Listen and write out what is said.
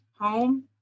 home